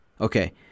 Okay